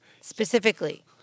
specifically